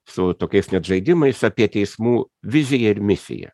su tokiais net žaidimais apie teismų viziją ir misiją